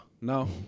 No